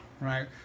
right